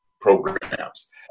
programs